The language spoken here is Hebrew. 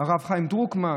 הרב חיים דרוקמן,